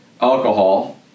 alcohol